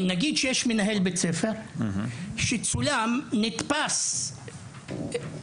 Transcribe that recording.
נניח שיש מנהל בית ספר יהודי שצולם ונתפס